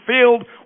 filled